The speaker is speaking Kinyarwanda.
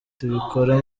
tubikora